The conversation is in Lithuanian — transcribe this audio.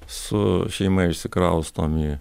su šeima išsikraustom į